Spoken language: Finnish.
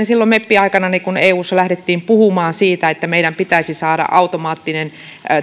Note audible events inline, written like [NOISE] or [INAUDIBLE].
[UNINTELLIGIBLE] silloin meppiaikanani eussa lähdettiin puhumaan siitä että meidän pitäisi saada automaattinen